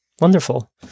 wonderful